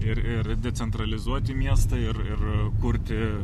ir ir decentralizuoti miestą ir ir kurti